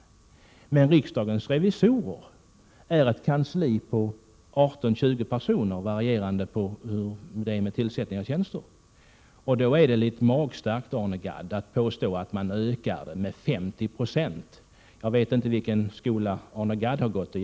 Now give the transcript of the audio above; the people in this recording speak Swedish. Riksdagens revisorers kansli består av 18-20 personer, beroende på hur det är med tillsättningen av tjänsterna. Då är det litet magstarkt, Arne Gadd, att påstå att man ökar tjänsterna med 50 96. Jag vet inte vilken skola Arne Gadd har gått i.